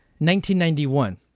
1991